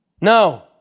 No